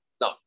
No